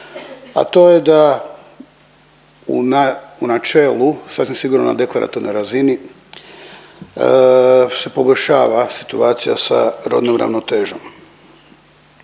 a to je da u načelu sasvim sigurno na deklaratornoj razini se pogoršava situacija sa rodnom ravnotežom.